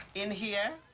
in here.